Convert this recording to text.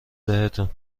بهتون